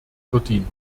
verdient